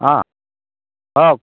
অ কওক